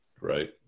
right